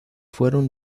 fueron